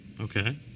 Okay